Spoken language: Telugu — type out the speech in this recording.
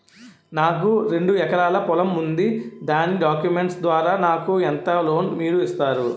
నాకు రెండు ఎకరాల పొలం ఉంది దాని డాక్యుమెంట్స్ ద్వారా నాకు ఎంత లోన్ మీరు ఇస్తారు?